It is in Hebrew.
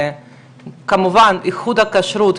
כמובן איכות הכשרות,